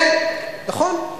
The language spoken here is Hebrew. כן, נכון.